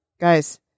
guys